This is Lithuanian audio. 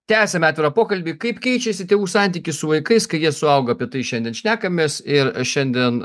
tęsiame atvirą pokalbį kaip keičiasi tėvų santykis su vaikais kai jie suauga apie tai šiandien šnekamės ir šiandien